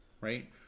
right